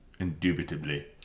Indubitably